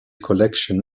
collection